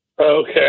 Okay